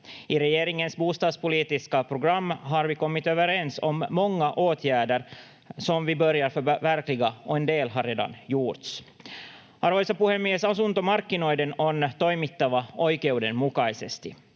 I regeringens bostadspolitiska program har vi kommit överens om många åtgärder som vi börjar förverkliga, och en del har redan gjorts. Arvoisa puhemies! Asuntomarkkinoiden on toimittava oikeudenmukaisesti.